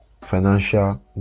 financial